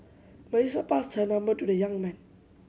Melissa passed her number to the young man